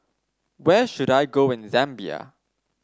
where should I go in Zambia